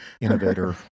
Innovator